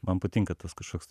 man patinka tas kažkoks